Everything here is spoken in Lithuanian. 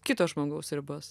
kito žmogaus ribas